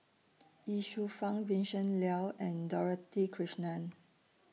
Ye Shufang Vincent Leow and Dorothy Krishnan